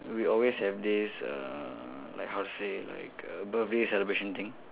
we always have this uh like how to say like a birthday celebration thing